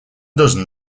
dozen